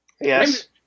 Yes